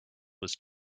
was